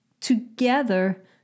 together